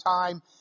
time